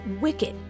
wicked